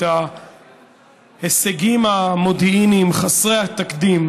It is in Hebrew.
את ההישגים המודיעיניים חסרי התקדים